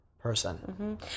person